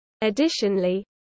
Additionally